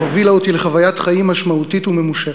שהובילה אותי לחוויית חיים משמעותית וממושכת.